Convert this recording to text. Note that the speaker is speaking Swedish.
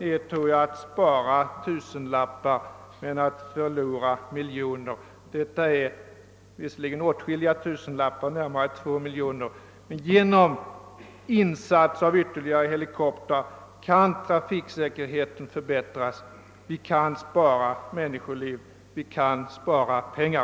innebär att man sparar tusenlappar men förlorar miljoner — även om det rör sig om åtskilliga tusenlappar, eller närmare 2 miljoner kronor. Genom en insats av ytterligare helikoptrar kan trafiksäkerheten förbättras. Vi kan spara människoliv, vi kan spara pengar.